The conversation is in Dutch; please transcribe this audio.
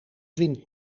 wind